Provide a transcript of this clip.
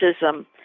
racism